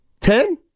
Ten